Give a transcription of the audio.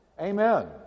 Amen